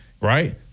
right